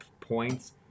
points